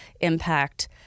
impact